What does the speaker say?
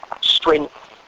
strength